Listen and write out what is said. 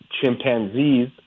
chimpanzees